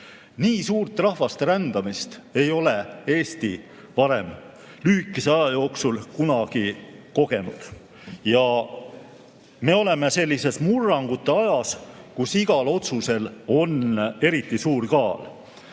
Nii suurt rahvaste rändamist ei ole Eesti varem lühikese aja jooksul kunagi kogenud. Ja me oleme sellises murrangute ajas, kus igal otsusel on eriti suur kaal.